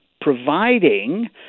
providing